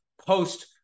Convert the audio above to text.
post